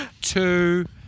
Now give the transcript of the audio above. two